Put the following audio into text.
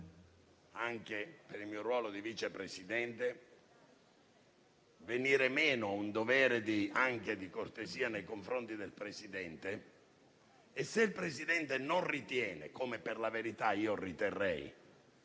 anche per il mio ruolo di Vice Presidente, venir meno a un dovere anche di cortesia nei confronti del Presidente, che non ritiene, come per la verità io riterrei,